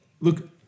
Look